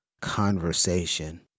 conversation